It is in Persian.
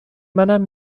منم